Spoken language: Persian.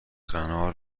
غنا